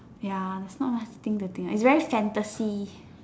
ya there's not much to think the thing eh it's very fantasy